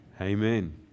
Amen